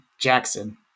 Jackson